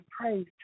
praise